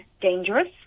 dangerous